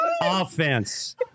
offense